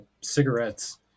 cigarettes